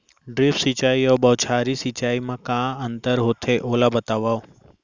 Drip सिंचाई अऊ बौछारी सिंचाई मा का अंतर होथे, ओला बतावव?